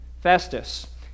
Festus